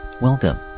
Welcome